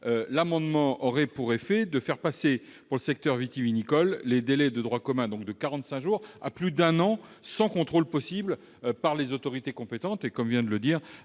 l'amendement aurait pour effet de faire passer, pour le secteur vitivinicole, les délais de droit commun de 45 jours à plus d'un an, sans contrôle possible par les autorités compétentes, comme vient de le dire